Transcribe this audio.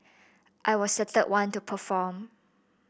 I was the third one to perform